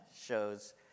shows